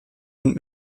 und